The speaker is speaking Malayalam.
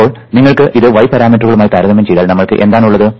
ഇപ്പോൾ നിങ്ങൾ ഇത് y പാരാമീറ്ററുകളുമായി താരതമ്യം ചെയ്താൽ നമ്മൾക്ക് എന്താണുള്ളത്